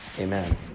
Amen